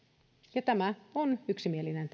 tämä meidän mietintömme on yksimielinen